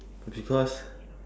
because